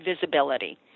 visibility